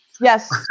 Yes